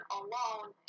alone